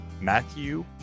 Matthew